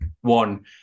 one